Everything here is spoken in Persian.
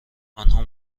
آنها